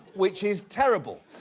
which is terrible.